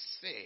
say